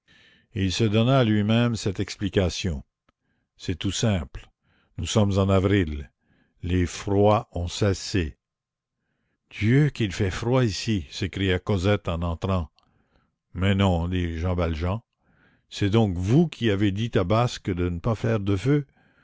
il se donna à lui-même cette explication c'est tout simple nous sommes en avril les froids ont cessé dieu qu'il fait froid ici s'écria cosette en entrant mais non dit jean valjean c'est donc vous qui avez dit à basque de ne pas faire de feu